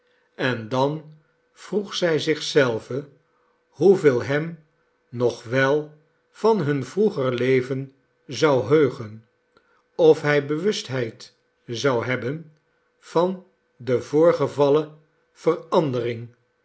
en dan vroeg zij zich zelve hoeveel hem nog wel van hun vroeger leven zou heugen of hij bewustheid zou hebben van de voorgevallen verandering